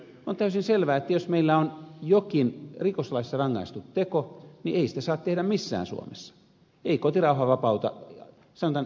on täysin selvää että jos meillä on jokin rikoslaissa rangaistu teko niin ei sitä saa tehdä missään suomessa eikä kotirauha vapauta rangaistuksesta